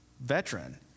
veteran